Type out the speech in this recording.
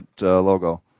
logo